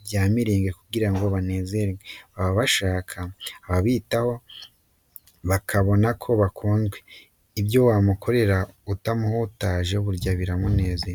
ibya mirenge kugira ngo banezerwe, baba bashaka ababitaho bakabona ko bakunzwe, ibyo wamukorera utamuhutaje burya biramunyura.